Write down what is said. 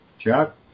Chuck